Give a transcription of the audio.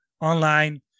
online